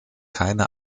keine